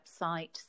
website